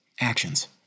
Actions